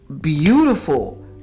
beautiful